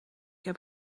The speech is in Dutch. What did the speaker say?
heb